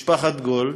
משפחת גולד.